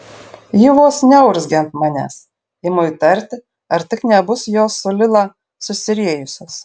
ji vos neurzgia ant manęs imu įtarti ar tik nebus jos su lila susiriejusios